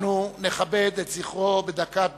אנחנו נכבד את זכרו בדקת דומייה.